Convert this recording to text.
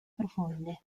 profonde